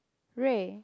Ray